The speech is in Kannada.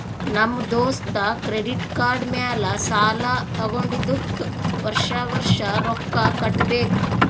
ನಮ್ ದೋಸ್ತ ಕ್ರೆಡಿಟ್ ಕಾರ್ಡ್ ಮ್ಯಾಲ ಸಾಲಾ ತಗೊಂಡಿದುಕ್ ವರ್ಷ ವರ್ಷ ರೊಕ್ಕಾ ಕಟ್ಟಬೇಕ್